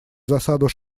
засаду